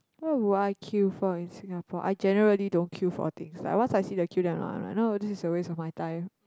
what would I queue for in Singapore I generally don't queue for a thing like once I see the queue then I'm like no this is a waste of my time